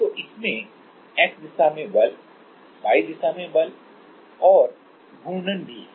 तो इसमें X दिशा में बल Y दिशा में बल और घूर्णन भी है